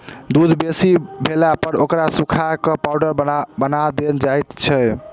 दूध बेसी भेलापर ओकरा सुखा क पाउडर बना देल जाइत छै